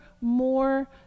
more